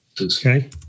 Okay